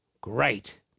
great